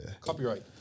Copyright